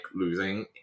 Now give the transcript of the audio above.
losing